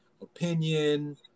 opinion